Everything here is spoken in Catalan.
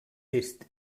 est